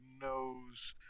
knows